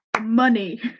money